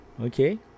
okay